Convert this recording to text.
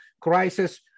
crisis